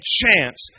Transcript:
chance